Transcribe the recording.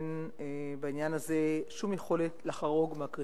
אין בעניין הזה שום יכולת לחרוג מהקריטריונים.